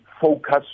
focus